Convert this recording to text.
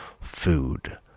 food